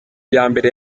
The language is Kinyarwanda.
iyambere